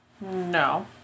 no